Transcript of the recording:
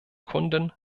kunden